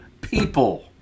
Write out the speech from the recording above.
people